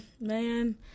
Man